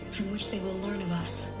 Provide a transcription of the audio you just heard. from which they will learn us.